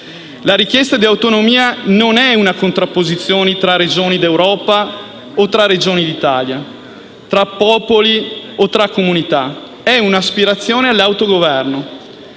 La richiesta di autonomia non è una contrapposizione tra regioni d'Europa o tra regioni d'Italia, tra popoli o tra comunità; è un'aspirazione all'autogoverno;